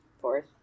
fourth